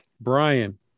Brian